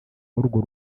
w’urwo